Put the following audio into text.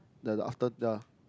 the after yeah